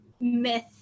myth